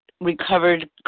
Recovered